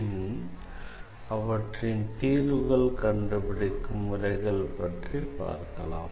பின் அவற்றின் தீர்வுகள் கண்டுபிடிக்கும் முறைகளை பற்றி பார்க்கலாம்